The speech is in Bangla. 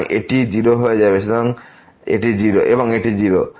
সুতরাং এটি 0 হয়ে যাবে এবং এটি 0